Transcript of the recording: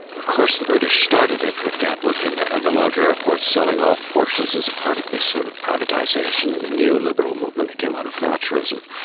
of course the british started it with gatwick and the and larger airports selling off portions as a part of this sort of privatisation and the neoliberal movement that came out of thatcherism.